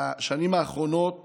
בשנים האחרונות